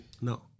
No